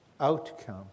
outcome